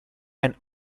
and